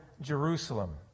Jerusalem